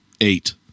eight